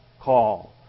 call